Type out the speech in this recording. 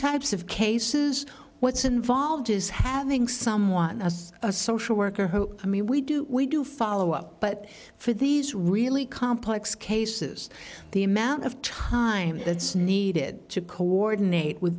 types of cases what's involved is having someone as a social worker who i mean we do we do follow up but for these really complex cases the amount of time that's needed to coordinate with